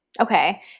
okay